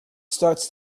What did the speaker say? starts